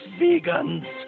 vegans